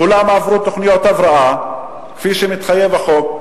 כולם עברו תוכניות הבראה כפי שמתחייב בחוק,